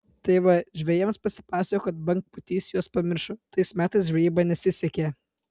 tai va žvejai jiems pasipasakojo kad bangpūtys juos pamiršo tais metais žvejyba nesisekė